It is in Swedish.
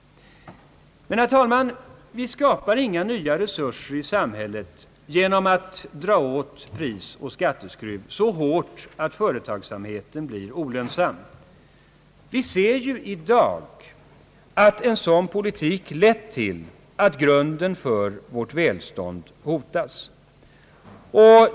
Men, herr talman, vi skapar inga nya resurser i samhället genom att dra åt prisoch skatteskruven så hårt att företagsamheten blir olönsam. Vi ser i dag att en sådan politik lett till att grunden för vårt välstånd hotas.